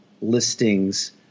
listings